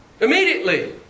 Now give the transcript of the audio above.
Immediately